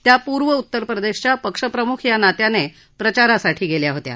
त्या पूर्व उत्तर प्रदेशच्या पक्ष प्रमुख या नात्याने प्रचारासाठी गेल्या होत्या